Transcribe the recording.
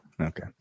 Okay